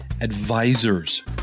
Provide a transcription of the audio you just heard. advisors